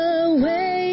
away